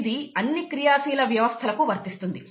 ఇది అన్ని క్రియాశీల వ్యవస్థలకు వర్తిస్తుంది